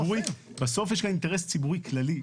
בסוף יש לך אינטרס ציבורי כללי,